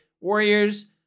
Warriors